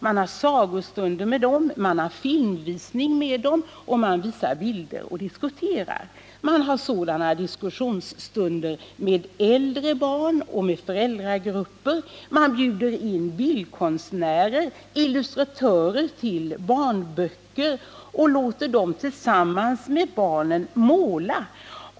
Man har sagostunder, filmvisningar, visar bilder och diskuterar. Man har sådana diskussionsstunder med äldre barn och med föräldragrupper. Man bjuder in bildkonstnärer, illustratörer till barnböcker, och låter dem måla tillsammans med barnen.